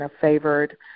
favored